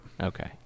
Okay